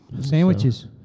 sandwiches